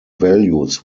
values